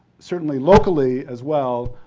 certainly locally, as well,